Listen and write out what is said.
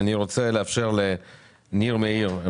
אני רוצה לאפשר לניר מאיר,